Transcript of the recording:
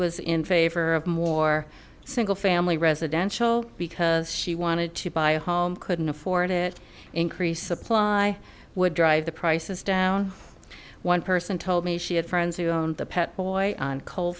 was in favor of more single family residential because she wanted to buy a home couldn't afford it increase supply would drive the prices down one person told me she had friends who owned the pet boy on col